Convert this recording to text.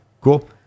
cool